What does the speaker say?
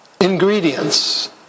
ingredients